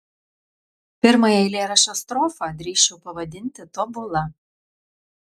pirmąją eilėraščio strofą drįsčiau pavadinti tobula